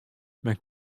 men